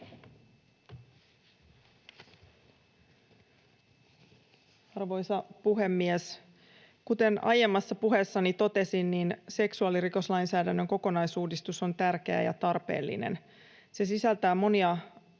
Arvoisa puhemies! Kuten aiemmassa puheessani totesin, seksuaalirikoslainsäädännön kokonaisuudistus on tärkeä ja tarpeellinen. Se sisältää monia